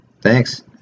thanks